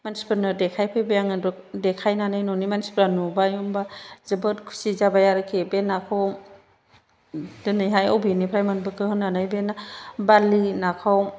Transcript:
मानसिफोरनो देखायफैबाय आङो देखायनानै न'नि मानसिफोरा नुबाय होमबा जोबोद खुसि जाबाय आरोखि बे नाखौ दिनैहाय अबेनिफ्राय मोनबोखो होननानै बे बारलि नाखौ